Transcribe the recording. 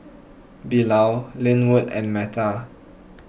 Bilal Linwood and Metta